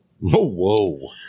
whoa